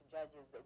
Judges